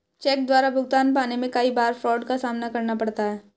check द्वारा भुगतान पाने में कई बार फ्राड का सामना करना पड़ता है